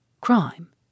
crime